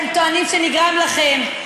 העוול שאתם טוענים שנגרם לכם.